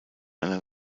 einer